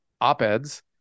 op-eds